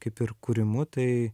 kaip ir kūrimu tai